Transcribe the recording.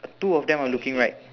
two of them are looking right